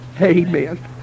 amen